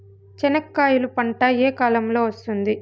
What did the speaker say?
చెనక్కాయలు పంట ఏ కాలము లో వస్తుంది